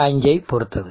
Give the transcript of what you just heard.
5ஐ பொறுத்தது